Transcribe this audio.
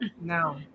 No